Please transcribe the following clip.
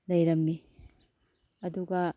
ꯂꯩꯔꯝꯏ ꯑꯗꯨꯒ